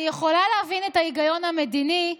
אני יכולה להבין את ההיגיון המדיני,